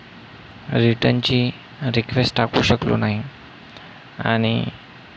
रिटर्नची request टाकू शकलो नाही आणि